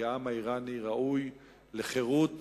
כי העם האירני ראוי לחירות